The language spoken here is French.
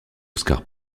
oscar